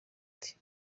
iti